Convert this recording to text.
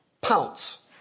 pounce